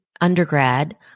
undergrad